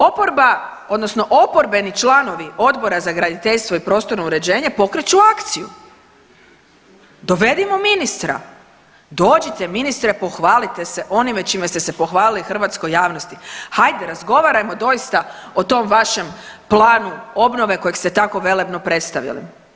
Oporba odnosno oporbeni članovi Odbora za graditeljstvo i prostorno uređenje pokreću akciju dovedimo ministra, dođite ministre pohvalite se onime čime ste se pohvalili hrvatskoj javnosti, hajde razgovarajmo doista o tom vašem planu obnove kojeg ste tako velebno predstavili.